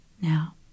Now